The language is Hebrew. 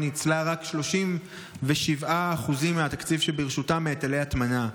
ניצלה רק 37% מהתקציב שברשותה מהיטלי הטמנה.